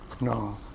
no